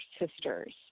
sisters